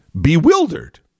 bewildered